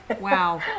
Wow